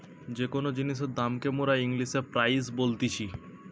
যে কোন জিনিসের দাম কে মোরা ইংলিশে প্রাইস বলতিছি